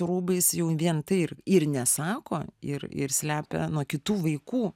rūbais jau vien tai ir nesako ir ir slepia nuo kitų vaikų